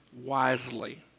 wisely